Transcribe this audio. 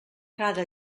cada